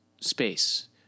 space